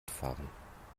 fahren